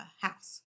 house